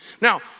Now